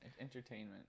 Entertainment